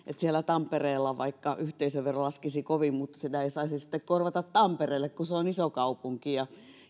siellä tampereella yhteisövero laskisi kovin mutta sitä ei saisi sitten korvata tampereelle kun se on iso kaupunki